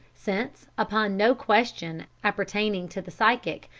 since, upon no question appertaining to the psychic,